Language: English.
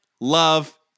love